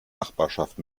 nachbarschaft